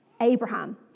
Abraham